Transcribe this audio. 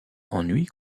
ennui